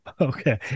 Okay